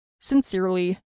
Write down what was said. Sincerely